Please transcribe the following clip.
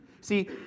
See